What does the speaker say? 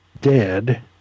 dead